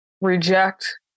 reject